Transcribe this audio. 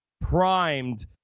primed